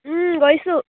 গৈছোঁ